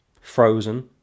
frozen